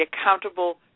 accountable